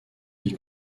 qui